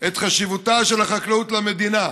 את חשיבותה של החקלאות למדינה,